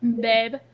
Babe